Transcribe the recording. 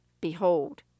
Behold